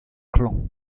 klañv